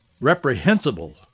reprehensible